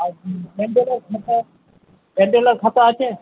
আর খাতা খাতা আছে